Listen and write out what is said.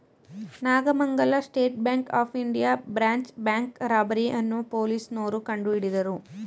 Nagamangala State Bank of India branch bank robbery ಅನ್ನೋ ಪೊಲೀಸ್ನೋರು ಕಂಡುಹಿಡಿದರು